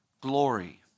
glory